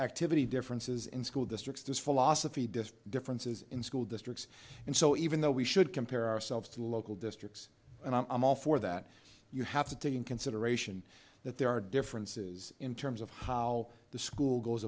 activity differences in school districts this philosophy differences in school districts and so even though we should compare ourselves to local districts and i'm all for that you have to take in consideration that there are differences in terms of how the school goes